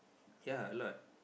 k lah a lot